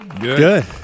Good